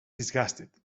disgusted